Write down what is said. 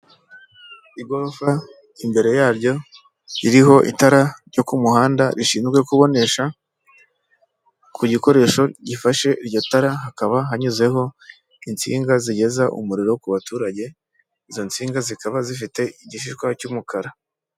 Igorofa imbere yaryo ririho itara ryo ku muhanda rishinzwe kubonesha, ku gikoresho gifashe iryo tara hakaba hanyuzeho insinga zigeza umuriro ku baturage, izo nsinga zikaba zifite igishishwa cy'umukara.